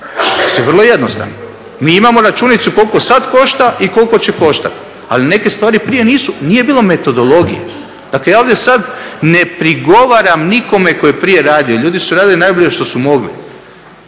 Mislim vrlo jednostavno, mi imamo računicu koliko sad košta i koliko će koštat, ali neke stvari prije nisu, nije bilo metodologije. Dakle, ja ovdje sad ne prigovaram nikome ko je prije radio, ljudi su radili najbolje što su mogli.